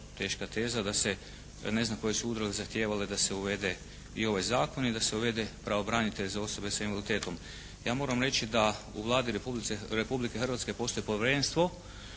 teška teza da se ne zna koje su udruge zahtijevale da se uvede i ovaj zakon i da se uvede pravobranitelj za osobe s invaliditetom. Ja vam moram reći da u Vladi Republike Hrvatske postoji povjerenstvo